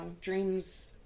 dreams